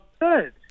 Good